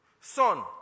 Son